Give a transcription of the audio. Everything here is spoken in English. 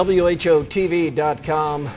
whotv.com